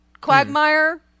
quagmire